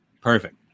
perfect